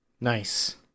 nice